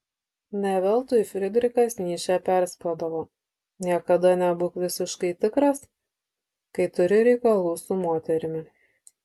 ne veltui frydrichas nyčė perspėdavo niekada nebūk visiškai tikras kai turi reikalų su moterimi